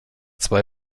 zwei